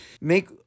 Make